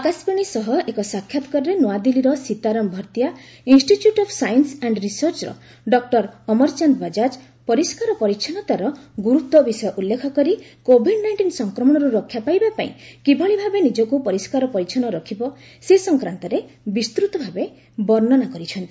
ଆକାଶବାଣୀ ସହ ଏକ ସାକ୍ଷାତ୍କାରରେ ନୃଆଦିଲ୍ଲୀର Sitaram Bhartia institute of science and ରିସର୍ଚ୍ଚର ଡକୁର ଅମରଚାନ୍ଦ ବଜାଜ ପରିସ୍କାର ପରିଚ୍ଛନ୍ନତାର ଗୁରୁତ୍ୱ ବିଷୟ ଉଲ୍ଲେଖ କରି କୋଭିଡ ନାଇଷ୍ଟିନ୍ ସଂକ୍ରମଣରୁ ରକ୍ଷାପାଇବା ପାଇଁ କିଭଳି ଭାବେ ନିଜକୁ ପରିସ୍କାର ପରିଚ୍ଚନ୍ନ ରଖିବ ସେ ସଂକ୍ରାନ୍ତରେ ବିସ୍ତୃତ ଭାବେ ବର୍ଣ୍ଣନା କରିଛନ୍ତି